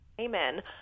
Amen